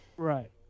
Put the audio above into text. Right